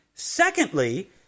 Secondly